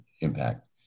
impact